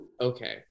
okay